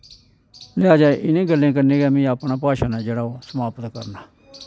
ते अज इनें गल्लें दे कन्ने के में अपना भाशण ऐ जेह्ड़ा समाप्त करना